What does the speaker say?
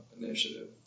initiative